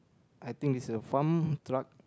I think its a farm truck